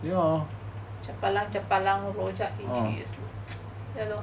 chapalang chapalang rojak ya lor